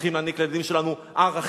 צריכים להעניק לילדים שלנו ערכים.